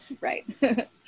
Right